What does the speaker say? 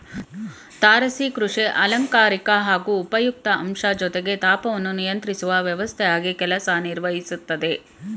ತಾರಸಿ ಕೃಷಿ ಅಲಂಕಾರಿಕ ಹಾಗೂ ಉಪಯುಕ್ತ ಅಂಶ ಜೊತೆಗೆ ತಾಪವನ್ನು ನಿಯಂತ್ರಿಸುವ ವ್ಯವಸ್ಥೆಯಾಗಿ ಕೆಲಸ ನಿರ್ವಹಿಸ್ತದೆ